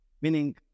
Meaning